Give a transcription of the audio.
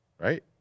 Right